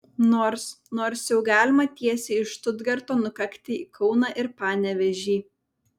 nors nors jau galima tiesiai iš štutgarto nukakti į kauną ir panevėžį